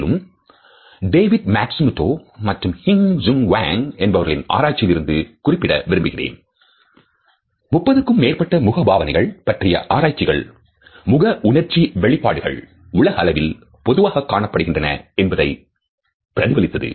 மேலும் நான் David Matsumoto மற்றும் Hyi Sung Hwang என்பவர்களின் ஆராய்ச்சியிலிருந்து குறிப்பிட விரும்புகிறேன் " 30 க்கும் மேற்பட்ட முக பாவனைகள் பற்றிய ஆராய்ச்சிகள் முகஉணர்ச்சி வெளிப்பாடுகள் உலக அளவில் பொதுவாகக் காணப்படுகின்றன என்பதை பிரதிபலித்தது